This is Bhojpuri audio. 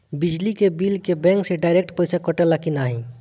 बिजली के बिल का बैंक से डिरेक्ट पइसा कटेला की नाहीं?